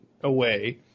away